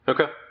Okay